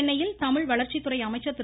சென்னையில் தமிழ் வளர்ச்சித்துறை அமைச்சர் திரு